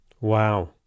Wow